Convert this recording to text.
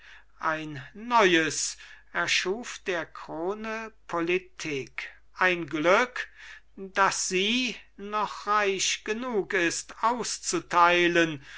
ein neues erschuf der krone politik ein glück das sie noch reich genug ist auszuteilen